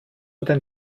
dein